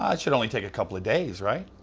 ah should only take a couple of days, right?